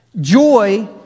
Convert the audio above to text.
Joy